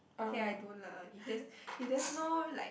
okay I don't lah if there's if there's no like